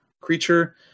creature